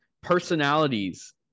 personalities